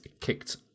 kicked